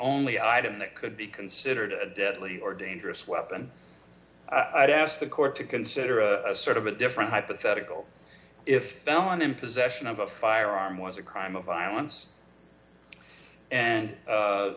only item that could be considered a deadly or dangerous weapon i've asked the court to consider a sort of a different hypothetical if found in possession of a firearm was a crime of violence and